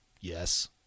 Yes